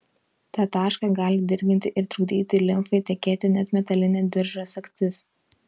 tą tašką gali dirginti ir trukdyti limfai tekėti net metalinė diržo sagtis